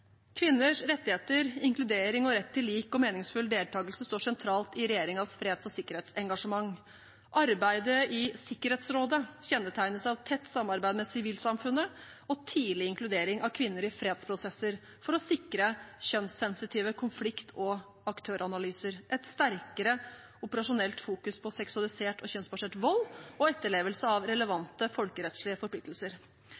Kvinners rettigheter, inkludering og rett til lik og meningsfull deltakelse står sentralt i regjeringens freds- og sikkerhetsengasjement. Arbeidet i Sikkerhetsrådet kjennetegnes av tett samarbeid med sivilsamfunnet og tidlig inkludering av kvinner i fredsprosesser for å sikre kjønnssensitive konflikt- og aktøranalyser, et sterkere operasjonelt fokus på seksualisert og kjønnsbasert vold og etterlevelse av